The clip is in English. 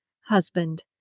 husband